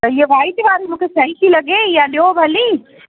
त इहा वाइट वारी मूंखे सही थी लॻे इहा ॾियो भली